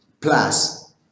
plus